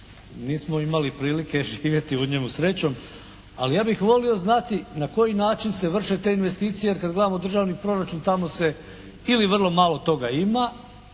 Nismo imali prilike živjeti u njemu srećom, ali ja bih volio znati na koji način se vrše te investicije jer kad gledamo državni proračun tamo se ili vrlo malo toga ima